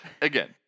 Again